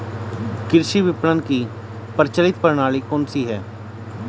कृषि विपणन की प्रचलित प्रणाली कौन सी है?